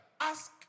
Ask